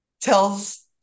tells